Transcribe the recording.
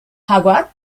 jaguar